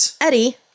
Eddie